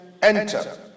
enter